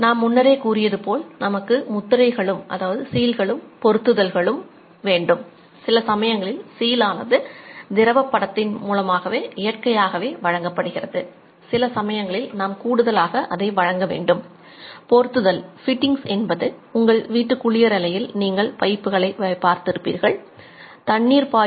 நான் முன்னரே கூறியது போல் நமக்கு சீல்களும் பொருத்துதல்ககளும்